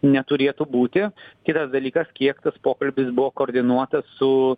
neturėtų būti kitas dalykas kiek tas pokalbis buvo koordinuotas su